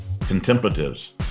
contemplatives